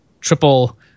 triple